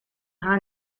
haar